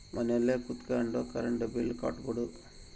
ಮನೆಲ್ ಕುತ್ಕೊಂಡ್ current bill ಕಟ್ಬೊಡು